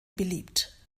beliebt